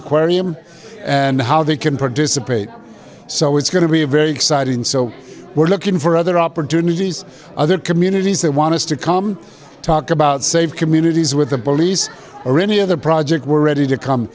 aquarium and how they can participate so it's going to be very exciting so we're looking for other opportunities other communities that want us to come talk about save communities with the police or any other project we're ready to come